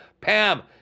Pam